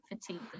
fatigue